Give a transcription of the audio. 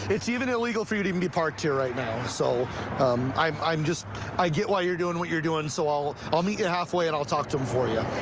it's even illegal for you to even be parked here right now, so um i'm i'm just i get why you're doing what you're doing, so i'll i'll meet you halfway, and i'll talk to him for you.